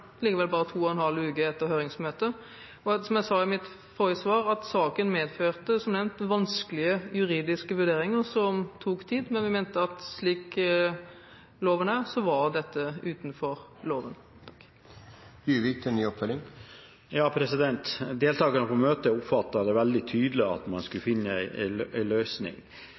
likevel bare to og en halv uke etter høringsmøtet. Som jeg sa i mitt forrige svar, saken medførte vanskelige juridiske vurderinger, som tok tid. Men vi mente at slik loven er, var dette utenfor loven. Deltakerne på møtet oppfattet veldig tydelig at man